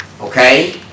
Okay